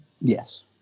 Yes